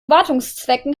wartungszwecken